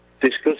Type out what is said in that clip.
discuss